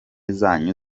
zanyu